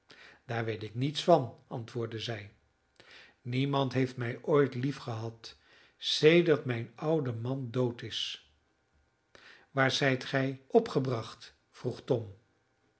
daar weet ik niets van antwoordde zij niemand heeft mij ooit liefgehad sedert mijn oude man dood is waar zijt gij opgebracht vroeg tom